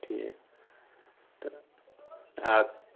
ٹھیٖک تہٕ آ